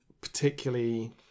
particularly